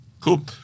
Cool